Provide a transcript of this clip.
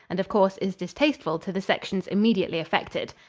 and of course is distasteful to the sections immediately affected.